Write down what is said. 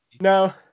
No